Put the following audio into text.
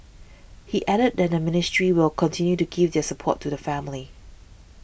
he added that the ministry will continue to give their support to the family